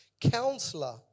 Counselor